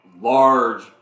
large